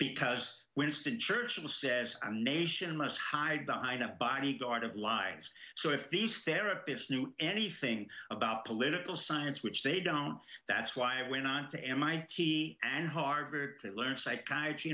because winston churchill says a nation must hide behind a body guard of lives so if these therapists knew anything about political science which they don't that's why i went on to mit and harvard to learn psych